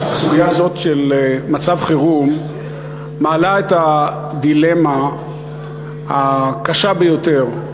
הסוגיה הזאת של מצב חירום מעלה את הדילמה הקשה ביותר: